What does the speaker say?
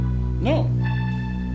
No